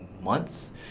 months